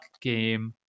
game